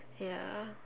ya